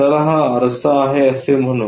चला हा आरसा आहे असे म्हणू